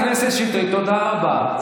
חברת הכנסת שטרית, תודה רבה.